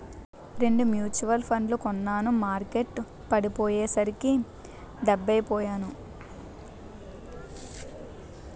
రెండు మ్యూచువల్ ఫండ్లు కొన్నాను మార్కెట్టు పడిపోయ్యేసరికి డెబ్బై పొయ్యాను